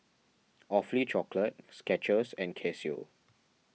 Awfully Chocolate Skechers and Casio